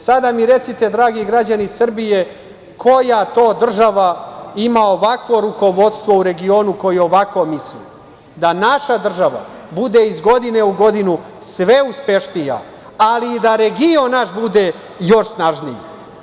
Sada mi recite dragi građani Srbije, koja to država ima ovakvo rukovodstvo u regionu koje ovako misli, da naša država bude iz godine u godinu sve uspešnija, ali i da region naš bude još snažniji.